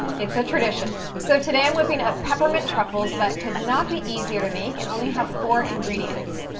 it's a tradition. so today i'm whipping up peppermint truffles that could not be easier to make and only have four ingredients.